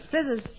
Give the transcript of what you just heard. Scissors